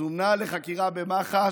וזומנה לחקירה במח"ש.